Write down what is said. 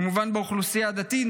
כמובן של האוכלוסייה הדתית,